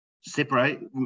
separate